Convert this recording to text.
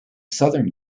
southern